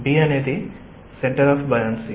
B అనేది centre of buoyancy